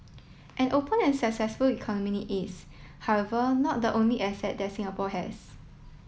an open and successful economy is however not the only asset that Singapore has